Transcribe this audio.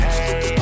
Hey